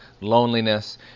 loneliness